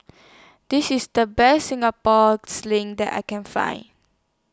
This IS The Best Singapore Sling that I Can Find